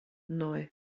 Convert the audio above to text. nwy